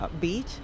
beach